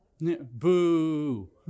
Boo